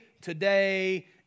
today